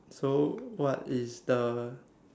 so what is the